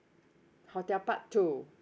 hotel part two